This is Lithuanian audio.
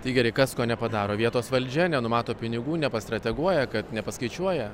tai gerai kas ko nepadaro vietos valdžia nenumato pinigų nepastrateguoja kad nepaskaičiuoja